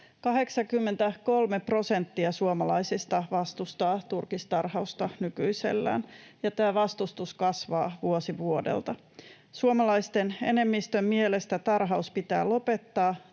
suomalaisista vastustaa turkistarhausta nykyisellään, ja tämä vastustus kasvaa vuosi vuodelta. Suomalaisten enemmistön mielestä tarhaus pitää lopettaa